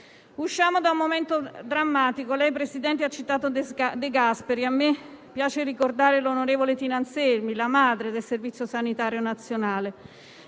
Usciamo da un momento drammatico. Lei, signor Presidente del Consiglio, ha citato da De Gasperi, e a me piace ricordare l'onorevole Tina Anselmi, la madre del Servizio sanitario nazionale,